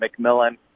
McMillan